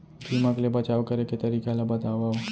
दीमक ले बचाव करे के तरीका ला बतावव?